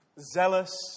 zealous